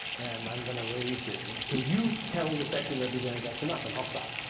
and i'm going to raise it until you tell the section representative that's enough, and i'll stop.